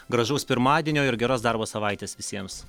gražaus pirmadienio ir geros darbo savaitės visiems